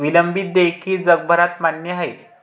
विलंबित देयके जगभरात मान्य आहेत